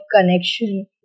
connection